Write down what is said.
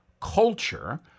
culture